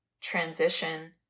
transition